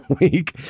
week